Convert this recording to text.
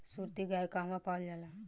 सुरती गाय कहवा पावल जाला?